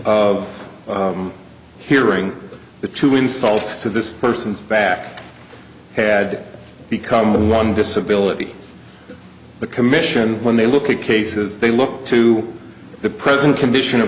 of hearing the two insults to this person's back had become one disability the commission when they look at cases they look to the present condition of